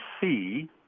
see